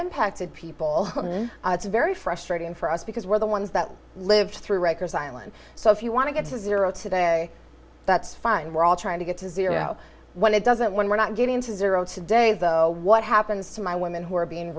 impacted people it's very frustrating for us because we're the ones that lived through records island so if you want to get to zero today that's fine we're all trying to get to zero when it doesn't when we're not getting to zero today though what happens to my women who are being